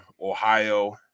Ohio